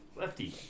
Lefty